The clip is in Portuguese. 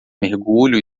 mergulho